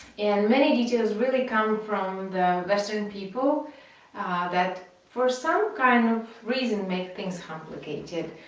and many details really come from the western people that for some kind of reason make things complicated.